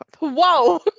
Wow